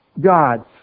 God